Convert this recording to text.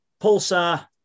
Pulsar